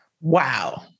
Wow